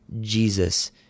Jesus